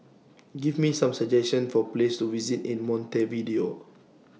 Give Me Some suggestions For Places to visit in Montevideo